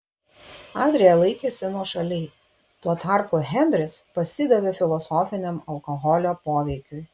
adrija laikėsi nuošaliai tuo tarpu henris pasidavė filosofiniam alkoholio poveikiui